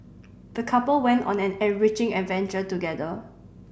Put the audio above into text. the couple went on an enriching adventure together